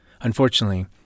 Unfortunately